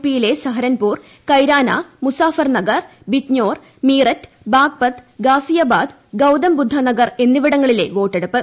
പിയിലെ സഹരൻപൂർ കൈരാനാ മുസഫർനഗർ ബിജ്ഞ്ഞോർ മീരറ്റ് ബാഗ്പത് ഗാസിയാബാദ് ഗൌതം ബുദ്ധ നഗർ എന്നിവിടങ്ങളിലെ വോട്ടെടുപ്പ്